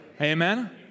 Amen